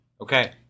Okay